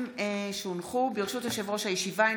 ברשות יושב-ראש הישיבה,